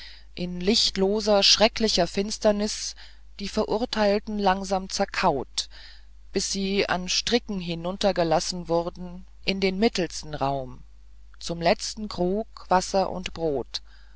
in lichtloser schrecklicher finsternis die verurteilten langsam zerkaut bis sie an stricken hinuntergelassen wurden in den mittelsten raum zum letzten krug wasser und brot